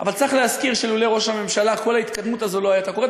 אבל צריך להזכיר שלולא ראש הממשלה כל ההתקדמות הזאת לא הייתה קורית,